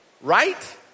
Right